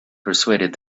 persuaded